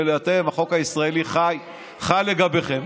אתם, החוק הישראלי חל לגביכם,